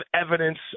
evidence